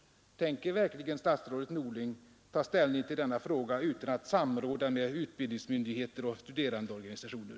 Tänker verkligen statsrådet Norling ta ställning till denna fråga utan att samråda med utbildningsmyndigheter och studerandeorganisationer?